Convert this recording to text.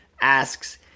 asks